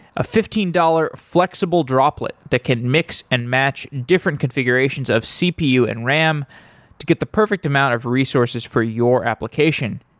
a fifteen dollars flexible droplet that can mix and match different configurations of cpu and ram to get the perfect amount of resources for your application.